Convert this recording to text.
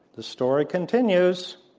the story continues.